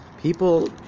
people